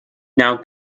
now